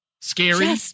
scary